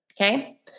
Okay